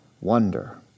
wonder